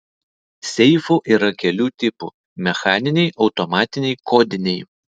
seifų yra kelių tipų mechaniniai automatiniai kodiniai